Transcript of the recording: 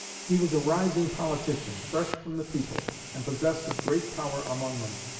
he was a rising politician, fresh from the people, and possessed of great power among them.